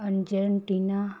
Argentina